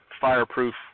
fireproof